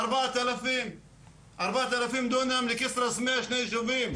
ארבעת אלפים דונם לכסרא סמיע, שני ישובים.